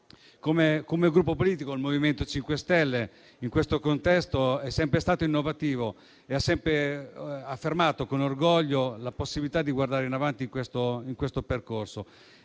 Come Gruppo politico, il MoVimento 5 Stelle in questo contesto è sempre stato innovativo e ha sempre affermato con orgoglio la possibilità di guardare in avanti in questo percorso,